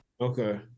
Okay